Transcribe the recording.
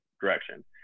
direction